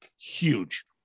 Huge